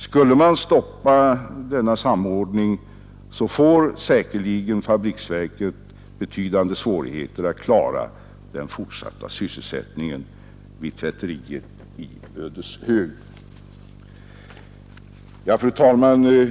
Om man stoppar denna samordning får fabriksverken säkerligen betydande svårigheter med att klara den fortsatta sysselsättningen vid tvätteriet i Ödeshög. Fru talman!